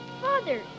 Father